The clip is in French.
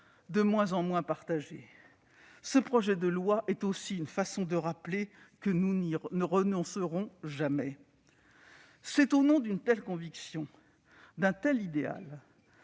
de moins en moins partagée. Ce projet de loi est aussi une façon de rappeler que nous n'y renoncerons jamais. C'est au nom d'une telle conviction, d'un tel idéal,